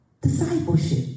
Discipleship